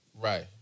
Right